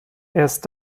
erst